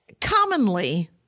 commonly